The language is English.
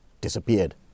disappeared